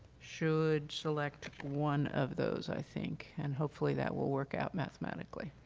should select one of those i think and, hopefully, that will work out mathematically.